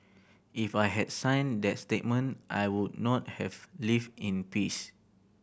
if I had signed that statement I would not have lived in peace